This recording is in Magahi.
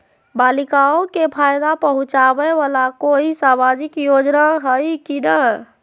बालिकाओं के फ़ायदा पहुँचाबे वाला कोई सामाजिक योजना हइ की नय?